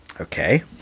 Okay